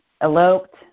eloped